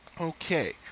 Okay